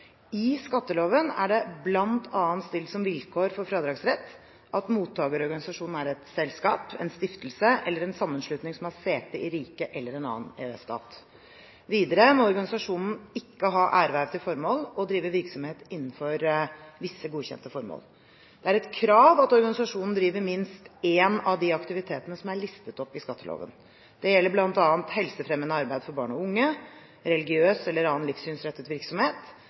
I skatteloven er det bl.a. stilt som vilkår for fradragsrett at mottakerorganisasjonen er et selskap, en stiftelse eller en sammenslutning som har sete i riket eller en annen EØS-stat. Videre må organisasjonen ikke ha erverv til formål og drive virksomhet innenfor visse godkjente formål. Det er et krav at organisasjonen driver minst én av de aktivitetene som er listet opp i skatteloven. Dette gjelder bl.a. helsefremmende arbeid for barn og unge, religiøs eller annen livssynsrettet virksomhet,